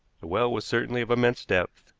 the well was certainly of immense depth,